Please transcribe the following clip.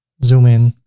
zoom in,